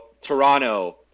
Toronto